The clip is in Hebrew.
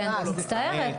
מצטערת.